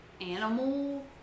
animal